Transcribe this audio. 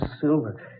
silver